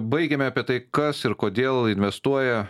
baigėme apie tai kas ir kodėl investuoja